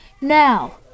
Now